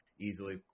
easily